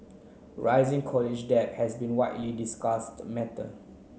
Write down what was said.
rising college debt has been widely discussed matter